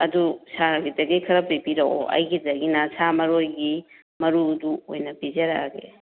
ꯑꯗꯨ ꯁꯥꯔꯒꯤꯗꯒꯤ ꯈꯔ ꯄꯤꯕꯤꯔꯛꯑꯣ ꯑꯩꯒꯤꯗꯒꯤꯅ ꯁꯥ ꯃꯔꯣꯏꯒꯤ ꯃꯔꯨꯗꯨ ꯑꯣꯏꯅ ꯄꯤꯖꯔꯛꯑꯒꯦ